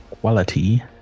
quality